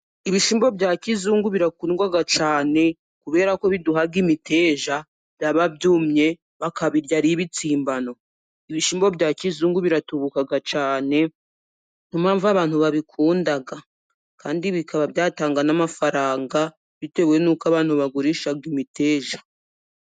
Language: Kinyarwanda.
Ibishyimbo bya kizungu birakundwa cyane kubera ko biduha imiteja, byaba byumye bakabirya ari ibitsimbano. Ibishyimbo bya kizungu biratubuka cyane ni yo mpamvu abantu babikunda, kandi bikaba byatanga n'amafaranga bitewe n'uko abantu bagurisha imiteja.